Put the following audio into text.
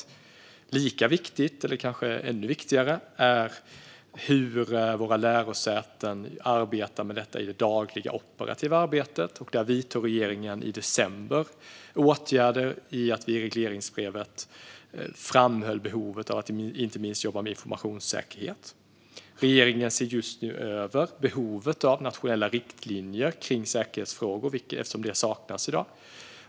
Men lika viktigt eller kanske ännu viktigare är hur våra lärosäten arbetar med detta i det dagliga operativa arbetet. Där vidtog regeringen åtgärder i december genom att vi i regleringsbrevet framhöll behovet av att inte minst jobba med informationssäkerhet. Regeringen ser just nu över behovet av nationella riktlinjer när det gäller säkerhetsfrågor, eftersom detta saknas i dag.